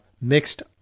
mixed